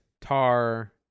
Tar